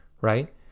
right